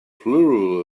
plural